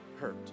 hurt